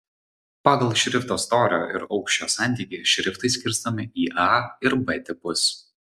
pagal šrifto storio ir aukščio santykį šriftai skirstomi į a ir b tipus